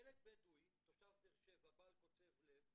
ילד בדואי תושב באר שבע בעל קוצב לב,